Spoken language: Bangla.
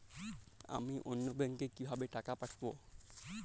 আমি অন্য ব্যাংকে কিভাবে টাকা পাঠাব?